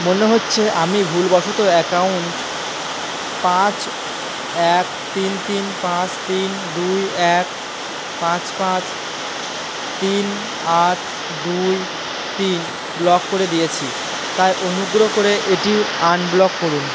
মনে হচ্ছে আমি ভুলবশত অ্যাকাউন্ট পাঁচ এক তিন তিন পাঁচ তিন দুই এক পাঁচ পাঁচ তিন আট দুই তিন ব্লক করে দিয়েছি তাই অনুগ্রহ করে এটি আনব্লক করুন